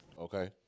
okay